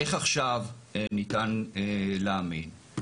איך עכשיו ניתן להאמין?